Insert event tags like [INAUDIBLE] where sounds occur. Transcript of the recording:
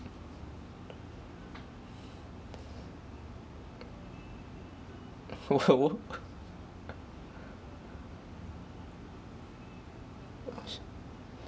[LAUGHS] !whoa! wha~